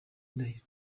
indahiro